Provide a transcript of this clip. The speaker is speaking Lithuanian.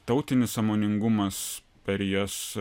tautinis sąmoningumas per jas